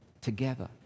together